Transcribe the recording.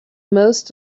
most